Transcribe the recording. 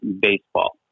baseball